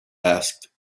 asked